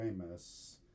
famous